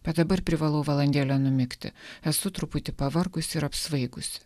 bet dabar privalau valandėlę numigti esu truputį pavargus ir apsvaigus